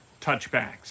touchbacks